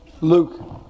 Luke